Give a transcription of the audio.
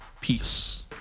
Peace